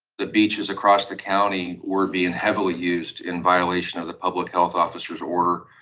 the beaches across the county were being heavily used in violation of the public health officer's order.